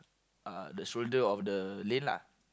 uh the shoulder of the lane lah